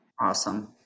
Awesome